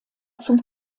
zum